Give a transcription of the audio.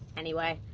anyway,